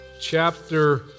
chapter